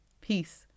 peace